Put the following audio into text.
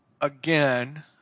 again